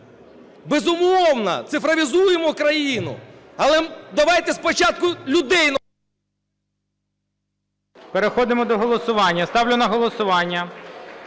Безумовно, цифровізуємо країну, але давайте спочатку людей... ГОЛОВУЮЧИЙ. Переходимо до голосування. Ставлю на голосування